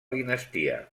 dinastia